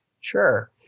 Sure